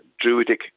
Druidic